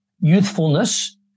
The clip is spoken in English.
youthfulness